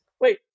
wait